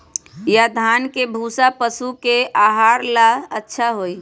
या धान के भूसा पशु के आहार ला अच्छा होई?